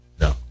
No